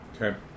Okay